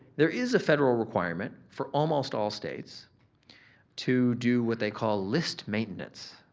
there is a federal requirement for almost all states to do what they call list maintenance.